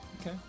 Okay